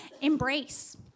embrace